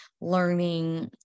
learning